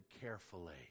carefully